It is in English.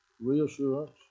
reassurance